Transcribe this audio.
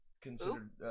considered